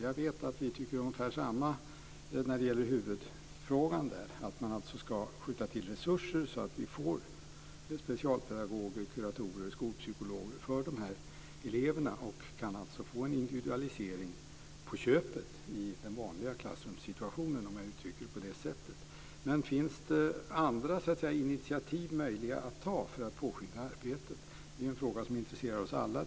Jag vet att vi tycker ungefär samma när det gäller huvudfrågan, nämligen att man ska skjuta till resurser, så att vi får specialpedagoger, kuratorer och skolpsykologer till de här eleverna och kan få en individualisering på köpet i den vanliga klassrumssituationen, om jag uttrycker mig på det sättet. Men är det möjligt att ta andra initiativ för att påskynda arbetet? Det är en fråga som intresserar oss alla.